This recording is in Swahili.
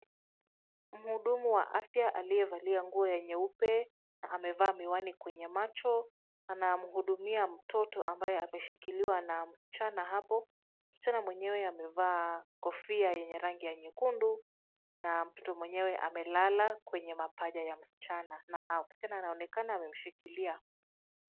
Mhudumu wa afya aliyevalia nguo ya nyeupe na amevaa miwani kwenye macho anamhudumia mtoto ambaye ameshikiliwa na msichana hapo. Msichana mwenyewe amevaa kofia yenye rangi ya nyekundu na mtoto mwenyewe amelala kwenye mapaja ya msichana na msichana anaonekana amemshikilia.